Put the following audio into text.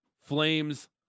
Flames